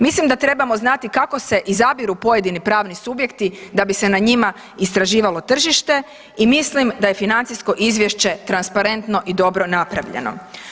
Mislim da trebamo znati kako se izabiru pojedini pravni subjekti da bi se na njima istraživalo tržište i mislim da je financijsko izvješće transparentno i dobro napravljeno.